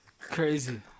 Crazy